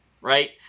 right